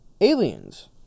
Aliens